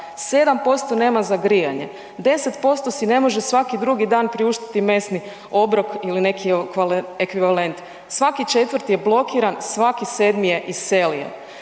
7% nema za grijanje, 10% si ne može svaki drugi priuštiti mesni obrok ili neki ekvivalent, svaki četvrti je blokiran, svaki sedmi je iselio.